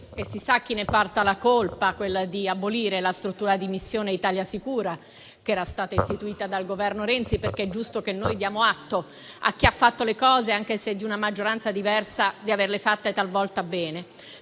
e si sa chi ne porta la colpa - abolire la struttura di missione Italia sicura, che era stata istituita dal Governo Renzi. È giusto dare atto a chi ha fatto le cose, anche se di una maggioranza diversa, di averle fatte talvolta bene.